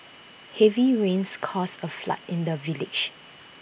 heavy rains caused A flood in the village